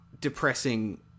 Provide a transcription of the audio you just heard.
depressing